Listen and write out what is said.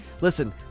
listen